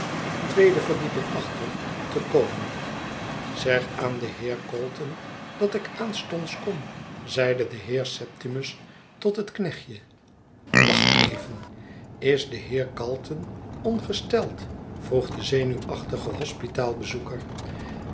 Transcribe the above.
tweede verdieping achter te komen zeg aan den heer calton dat ik aanstonds kom zeide de heer septimus tot het knechtje wacht even is de heer calton ongesteld vroeg de zenuwachtige hospitaalbezoeker